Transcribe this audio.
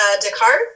Descartes